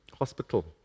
hospital